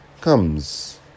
comes